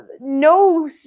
no